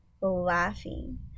laughing